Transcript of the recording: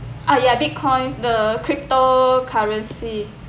ah ya bitcoins the cryptocurrency